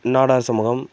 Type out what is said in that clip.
நாடார் சமூகம்